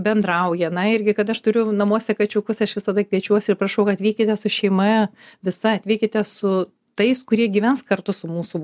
bendrauja na irgi kad aš turiu namuose kačiukus aš visada kviečiuosi ir prašau atvykite su šeima visa atvykite su tais kurie gyvens kartu su mūsų